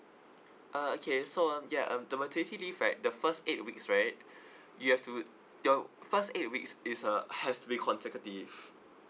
uh okay so um ya um the maternity leave right the first eight weeks right you have to your first eight weeks is uh has to be consecutive